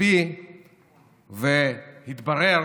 הכספי והתברר,